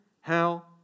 hell